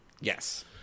Yes